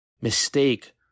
mistake